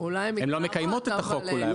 הן לא מקיימות את החוק אולי,